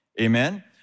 Amen